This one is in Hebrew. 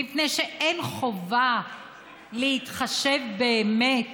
מפני שאין חובה להתחשב באמת